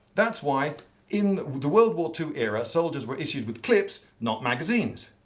that's why in the world war two era soldiers were issued with clips not magazines.